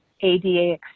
ADA